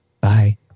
Bye